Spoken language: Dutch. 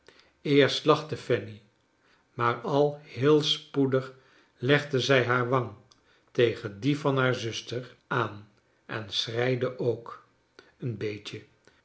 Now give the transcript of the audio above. eerst lachte fanny maar al heel spoedig legde zij haar wang tegen die van haar zuster aan en schreide ook een beetje